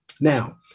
Now